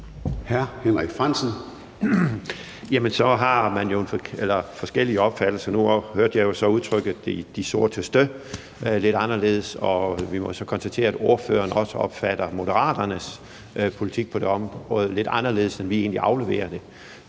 Frandsen (M): Jamen så har man jo forskellig opfattelse af det. Nu hørte jeg så udtrykket de sorteste lidt anderledes, og vi må så konstatere, at ordføreren også opfatter Moderaternes politik på det område lidt anderledes, end vi egentlig afleverer det.